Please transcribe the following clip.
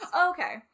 Okay